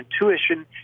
intuition